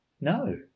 No